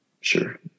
sure